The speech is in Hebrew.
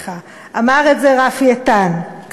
אמר את זה רפי איתן,